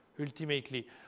ultimately